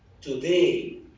today